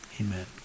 amen